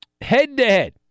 head-to-head